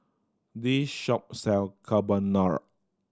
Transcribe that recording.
this shop sell Carbonara